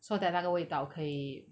so that 那个味道可以